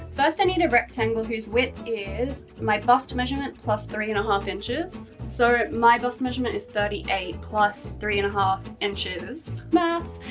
first, i need a rectangle whose width is my bust measurement plus three and a half inches. so my bust measurement is thirty eight plus three and a half inches. math,